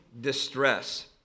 distress